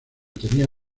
tenía